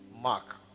mark